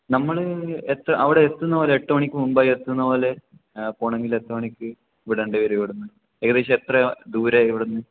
നമ്മൾ എത്ര അവിടെ എത്തുന്ന പോലെ എട്ടു മണിക്ക് മുമ്പായി എത്തുന്നപോലെ പോണമെങ്കിൽ എത്ര മണിക്ക് വിടേണ്ടി വരും ഇവുടുന്ന് ഏകദേശം എത്ര ദൂരം ഇവിടുന്ന്